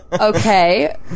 Okay